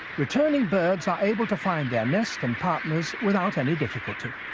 returning birds are able to find their nest and partners without any difficulty.